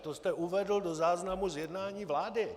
To jste uvedl do záznamu z jednání vlády.